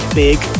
big